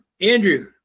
Andrew